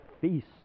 feast